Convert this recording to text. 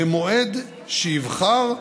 במועד שיבחר,